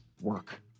work